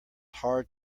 hard